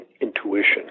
intuition